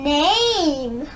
name